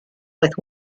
with